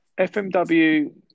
FMW